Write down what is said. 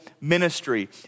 ministry